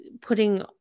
putting